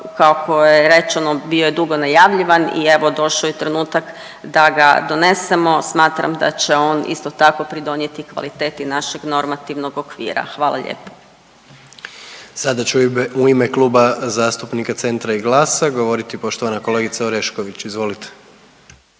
kako je rečeno bio je dugo najavljivan i evo došao je trenutak da ga donesemo, smatram da će on isto tako pridonijeti kvaliteti našeg normativnog okvira, hvala lijepo. **Jandroković, Gordan (HDZ)** Sada će u ime, u ime Kluba zastupnika Centra i GLAS-a govoriti poštovana kolegica Orešković, izvolite.